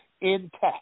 intact